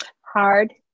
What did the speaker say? Hard